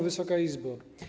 Wysoka Izbo!